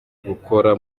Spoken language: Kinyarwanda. gukora